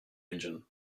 engine